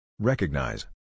Recognize